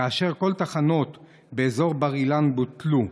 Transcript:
וכל התחנות באזור בר אילן בוטלו.